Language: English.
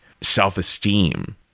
self-esteem